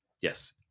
Yes